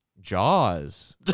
Jaws